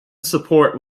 support